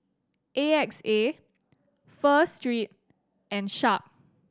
A X A Pho Street and Sharp